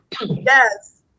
Yes